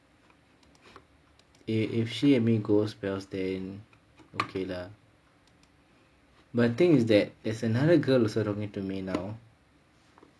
eh if she and me goes well then okay lah but the thing is that there's another girl also talking to me now